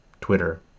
twitter